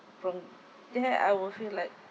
from there I will feel like